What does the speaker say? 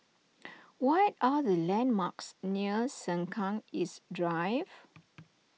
what are the landmarks near Sengkang East Drive